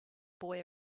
boy